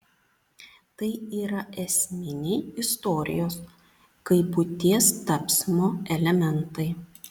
tai yra esminiai istorijos kaip buities tapsmo elementai